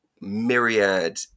myriad